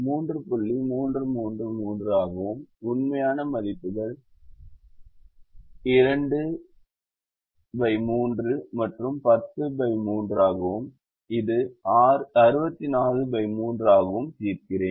333 ஆகவும் உண்மையான மதிப்புகள் 23 மற்றும் 103 ஆகவும் இது 643 ஆகவும் தீர்க்கிறேன்